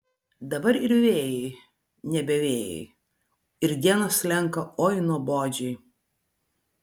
dabar ir vėjai nebe vėjai ir dienos slenka oi nuobodžiai